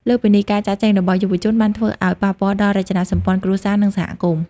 លើសពីនេះ ការចាកចេញរបស់យុវជនបានធ្វើឲ្យប៉ះពាល់ដល់រចនាសម្ព័ន្ធគ្រួសារ និងសហគមន៍។